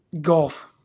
Golf